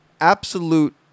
absolute